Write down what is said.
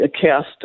cast